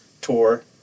tour